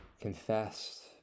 Confess